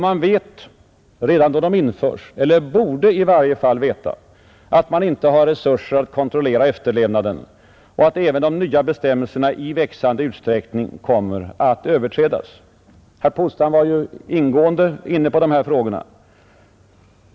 Man vet redan då de införs — eller borde i varje fall veta det — att man inte har resurser att kontrollera efterlevnaden och att även de nya bestämmelserna i växande utsträckning kommer att överträdas. Herr Polstam var ju inne på dessa frågor.